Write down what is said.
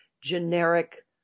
generic